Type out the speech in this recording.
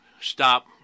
stop